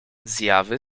zjawy